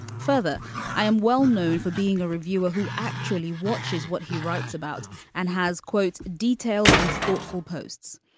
further i am well-known for being a reviewer who actually watches what he writes about and has quotes detailed and thoughtful posts.